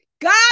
God